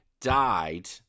died